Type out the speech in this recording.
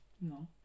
No